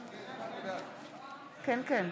בעד.